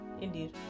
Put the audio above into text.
Indeed